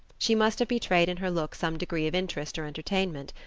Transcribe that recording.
she must have betrayed in her look some degree of interest or entertainment.